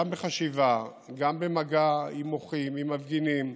גם בחשיבה, גם במגע עם מוחים, עם מפגינים,